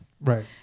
Right